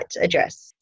address